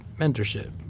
mentorship